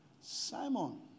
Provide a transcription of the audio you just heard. Simon